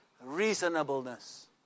reasonableness